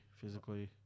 physically